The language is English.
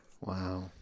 Wow